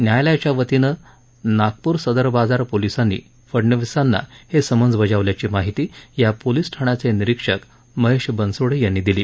न्यायालयाच्यावतीनं नागपूर सदर बाजार पोलिसांनी फडणवीसांना हे समन्स बजावल्याची माहिती या पोलिस ठाण्याचे निरीक्षक महेश बनसोडे यांनी दिली